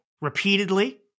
repeatedly